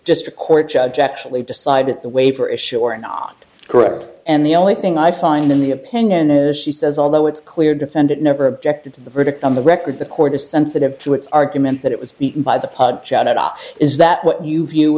district court judge actually decided the waiver issue or not correct and the only thing i find in the opinion is she says although it's clear defendant never objected to the verdict on the record the court is sensitive to its argument that it was beaten by the chad op is that what you view